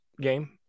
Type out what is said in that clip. game